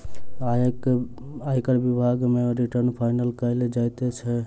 आयकर विभाग मे रिटर्न फाइल कयल जाइत छै